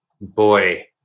Boy